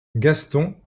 gaston